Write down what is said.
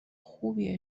خوبی